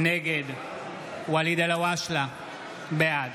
נגד ואליד אלהואשלה, בעד